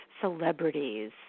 celebrities